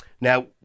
Now